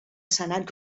senat